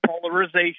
polarization